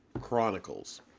Chronicles